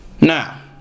Now